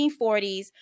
1940s